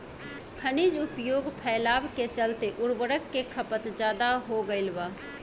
खनिज उपयोग फैलाव के चलते उर्वरक के खपत ज्यादा हो गईल बा